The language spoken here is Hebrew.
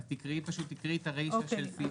אז תקריאי פשוט את הרישא של סעיף קטן (ב).